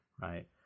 right